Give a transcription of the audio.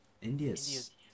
India's